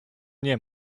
nie